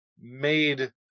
Made